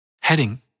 Heading